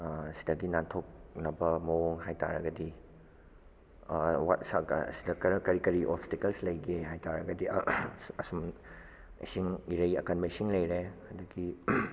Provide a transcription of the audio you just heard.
ꯁꯤꯗꯒꯤ ꯅꯥꯟꯊꯣꯛꯅꯕ ꯃꯑꯣꯡ ꯍꯥꯏꯇꯥꯔꯒꯗꯤ ꯁꯤꯗ ꯀꯔꯤ ꯀꯔꯤ ꯑꯣꯐꯇꯤꯀꯜꯁ ꯂꯩꯒꯦ ꯍꯥꯏ ꯇꯥꯔꯒꯗꯤ ꯏꯁꯤꯡ ꯏꯔꯩ ꯑꯀꯟꯕ ꯏꯁꯤꯡ ꯂꯩꯔꯦ ꯑꯗꯒꯤ